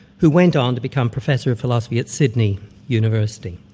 who went on to become professor of philosophy at sydney university.